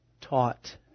taught